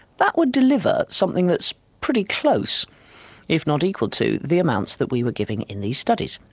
that would deliver something that's pretty close if not equal to the amounts that we were giving in these studies.